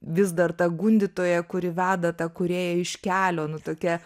vis dar ta gundytoja kuri veda tą kūrėją iš kelio nu tokia